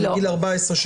14,